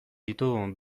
ditu